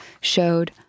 showed